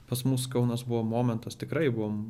pas mus kaunas buvo momentas tikrai buvom